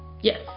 yes